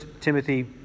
Timothy